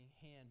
hand